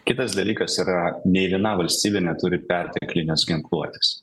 kitas dalykas yra nė viena valstybė neturi perteklinės ginkluotės